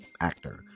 actor